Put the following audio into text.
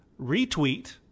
retweet